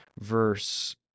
verse